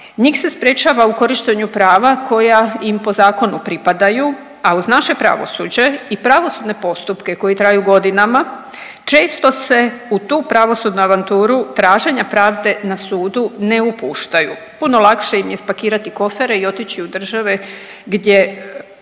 Njih se sprječava u korištenju prava koja im po zakonu pripadaju, a uz naše pravosuđe i pravosudne postupke koji traju godinama često se u tu pravosudnu avanturu traženja pravde na sudu ne upuštaju, puno lakše im je spakirati kofere i otići u države gdje